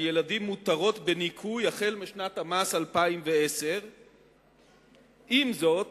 ילדים מותרות בניכוי החל משנת המס 2010. עם זאת,